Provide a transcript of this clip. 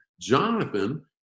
Jonathan